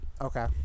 Okay